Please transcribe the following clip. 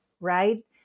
right